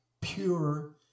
pure